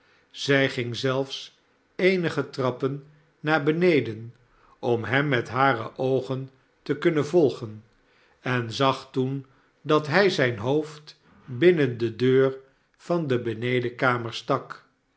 zij ging zelfs eenige trapper naar beneden om hem met hare oogen te kunnen volgen en zag toen dat hij zijn hoofd binnen de deur van de benedenkamer stak